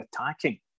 attacking